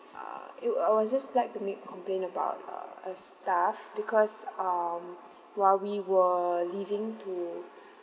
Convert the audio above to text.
uh it I was just like to make complain about uh a staff because um while we were leaving to